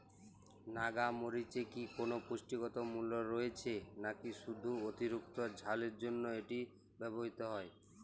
নাগা মরিচে কি কোনো পুষ্টিগত মূল্য রয়েছে নাকি শুধু অতিরিক্ত ঝালের জন্য এটি ব্যবহৃত হয়?